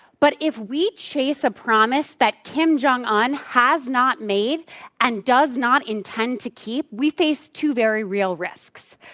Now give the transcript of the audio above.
but if we chase a promise that kim jong un has not made and does not intend to keep we face two very real risks.